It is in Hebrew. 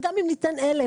וגם אם ניתן 1,000,